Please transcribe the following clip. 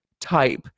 type